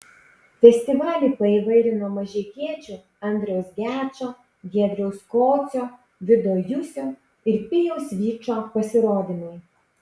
festivalį paįvairino mažeikiečių andriaus gečo giedriaus kocio vido jusio ir pijaus vyčo pasirodymai